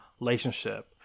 relationship